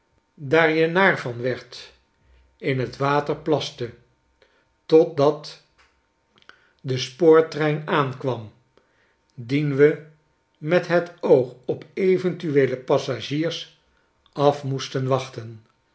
daar je naar van werd in t water plaste totdat de spoortrein aankwam dien we met het oog op eventueele passagiers af moesten wachten